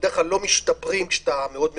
שבדרך כלל לא משתפרים כאשר אתה מאוד מבוגר,